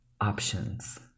options